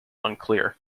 unclear